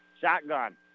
shotgun